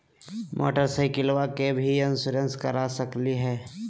मोटरसाइकिलबा के भी इंसोरेंसबा करा सकलीय है?